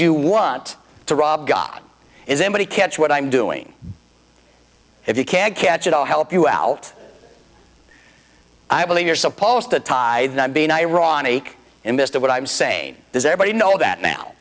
you want to rob got is anybody catch what i'm doing if you can't catch it i'll help you out i believe you're supposed to tie not being ironic in this to what i'm saying is every know that now